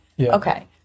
Okay